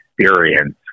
experience